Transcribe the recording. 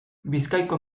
bizkaiko